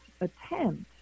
attempt